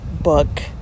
book